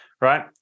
right